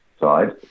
side